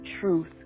truth